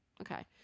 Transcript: Okay